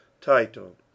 title